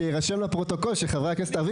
שיירשם לפרוטוקול שחברי הכנסת הערבים